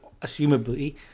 assumably